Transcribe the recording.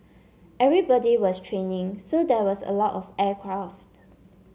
everybody was training so there was a lot of aircraft